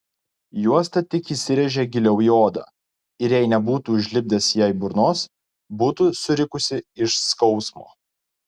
juosta tik įsirėžė giliau į odą ir jei nebūtų užlipdęs jai burnos būtų surikusi iš skausmo